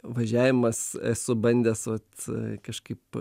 važiavimas esu bandęs vat kažkaip